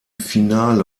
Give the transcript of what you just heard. finale